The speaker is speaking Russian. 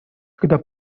когда